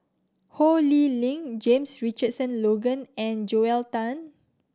Ho Lee Ling James Richardson Logan and Joel Tan